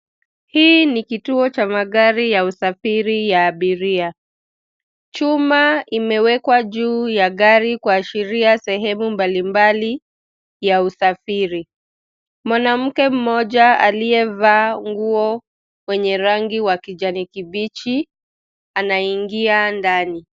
Hiki ni kituo cha magari ya usafiri wa abiria. Chuma imewekwa juu ya gari kuashiria sehemu mbalimbali za usafiri. Mwanamke mmoja aliyevalia nguo za kijani kibichi anaingia ndani.